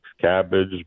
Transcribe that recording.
cabbage